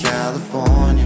California